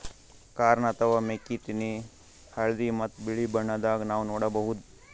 corn ಅಥವಾ ಮೆಕ್ಕಿತೆನಿ ಹಳ್ದಿ ಮತ್ತ್ ಬಿಳಿ ಬಣ್ಣದಾಗ್ ನಾವ್ ನೋಡಬಹುದ್